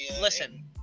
Listen